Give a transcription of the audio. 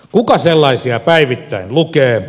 kuka sellaisia päivittäin lukee